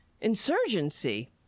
insurgency